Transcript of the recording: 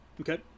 Okay